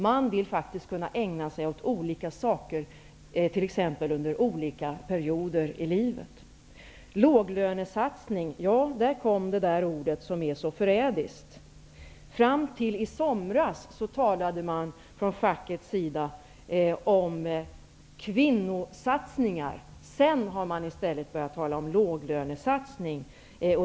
Man vill faktiskt kunna ägna sig åt olika saker under olika perioder i livet. Berit Andnor talade om låglönesatsning. Där kom ordet som är så förrädiskt. Fram till i somras talade man från fackets sida om kvinnosatsningar. Sedan har man i stället börjat tala om låglönesatsning.